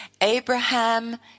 Abraham